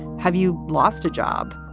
have you lost a job?